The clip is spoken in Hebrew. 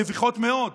מביכות מאוד,